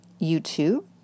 YouTube